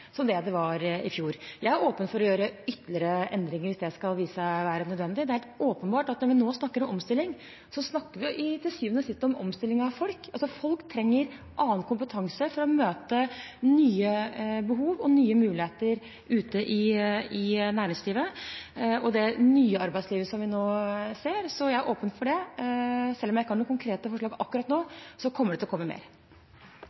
Jeg er åpen for å gjøre ytterligere endringer hvis det skulle vise seg å være nødvendig. Det er åpenbart at når vi nå snakker om omstilling, snakker vi til syvende og sist om omstilling av folk – folk trenger annen kompetanse for å møte nye behov og nye muligheter ute i næringslivet og det nye arbeidslivet som vi nå ser. Så jeg er åpen for det. Selv om jeg ikke har noen konkrete forslag akkurat nå,